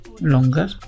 longer